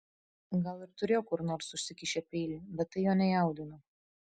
gal ir turėjo kur nors užsikišę peilį bet tai jo nejaudino